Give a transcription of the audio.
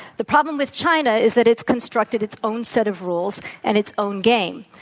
the problem with china is that it's constructed its own set of rules and its own game.